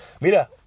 mira